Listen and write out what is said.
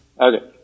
Okay